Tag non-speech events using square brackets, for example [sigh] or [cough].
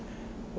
[breath]